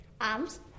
arms